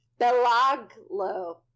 Belaglo